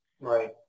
Right